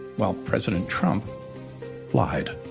while president trump lied.